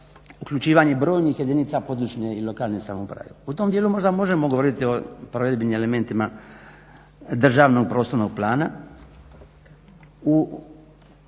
uključivanje brojnih jedinica područne i lokalne samouprave. U tom djelu možda možemo govoriti o provedbenim elementima državnog prostornog plana